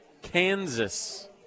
Kansas